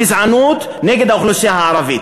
גזענות נגד האוכלוסייה הערבית.